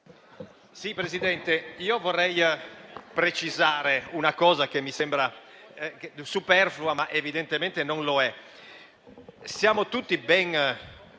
Presidente, vorrei precisare una cosa che mi sembra superflua, ma che evidentemente non lo è. Siamo tutti ben